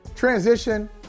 transition